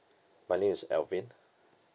my name is alvin